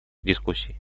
дискуссий